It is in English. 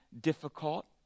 difficult